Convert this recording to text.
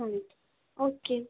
ਹਾਂਜੀ ਓਕੇ